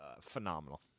Phenomenal